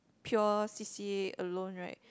pure C_C_A alone right